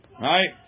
right